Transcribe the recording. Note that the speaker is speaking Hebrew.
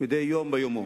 ומדי יום ביומו.